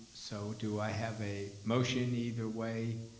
so, do i have a motion either way